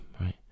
right